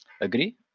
Agree